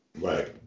Right